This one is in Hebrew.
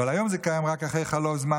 אבל היום זה קיים רק אחרי חלוף זמן